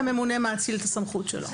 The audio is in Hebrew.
והממונה מאציל את הסמכות שלו.